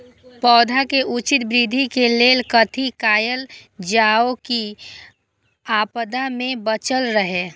पौधा के उचित वृद्धि के लेल कथि कायल जाओ की आपदा में बचल रहे?